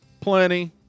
plenty